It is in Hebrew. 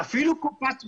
אפילו קופת חולים,